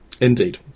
Indeed